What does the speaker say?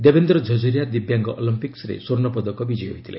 ଦେବେନ୍ଦ୍ର ଝରଝରିଆ ଦିବ୍ୟାଙ୍ଗ ଅଲମ୍ପିକ୍ନରେ ସ୍ପର୍ଣ୍ଣପଦକ ବିଜୟୀ ହୋଇଥିଲେ